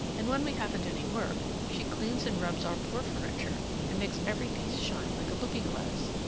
and when we haven't any work, she cleans and rubs our poor furniture and makes every piece shine like a looking-glass.